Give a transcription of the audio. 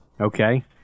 Okay